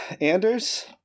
Anders